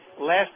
Last